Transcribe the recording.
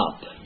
up